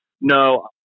No